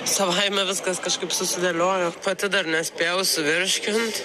savaime viskas kažkaip susidėliojo pati dar nespėjau suvirškint